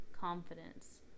confidence